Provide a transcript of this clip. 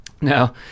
Now